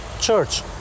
church